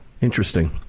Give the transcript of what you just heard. Interesting